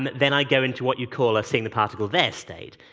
um then i'd go into what you'd call a seeing the particle there state.